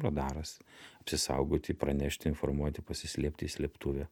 radaras apsisaugoti pranešti informuoti pasislėpti į slėptuvę